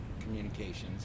communications